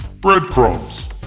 Breadcrumbs